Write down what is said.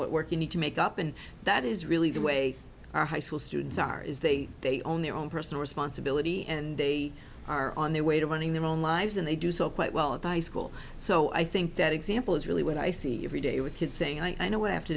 what working need to make up and that is really the way our high school students are is they they own their own personal responsibility and they are on their way to running their own lives and they do so quite well by school so i think that example is really what i see every day with kids saying i know